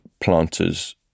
planters